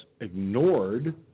ignored